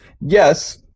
Yes